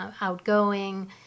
outgoing